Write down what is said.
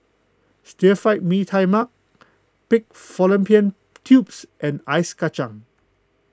Stir Fried Mee Tai Mak Pig Fallopian Tubes and Ice Kacang